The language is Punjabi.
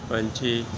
ਪੰਛੀ